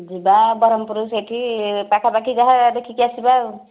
ଯିବା ବରହମପୁର ସେହିଠି ପାଖାପାଖି ଯାହା ଦେଖିକି ଆସିବା ଆଉ